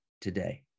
today